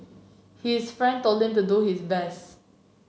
his friend told him to do his best